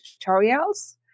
tutorials